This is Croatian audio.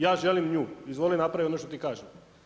Ja želim nju, izvoli napravi ono što ti kažem.